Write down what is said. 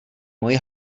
moji